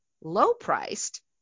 low-priced